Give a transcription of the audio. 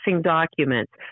documents